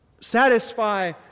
satisfy